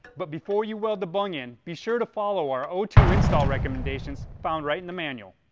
but before you weld, the bung in, be sure to follow our o two install recommendations found right in the manual.